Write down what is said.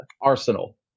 Arsenal